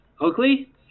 Oakley